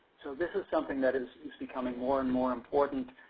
so, this is something that is becoming more and more important.